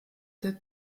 der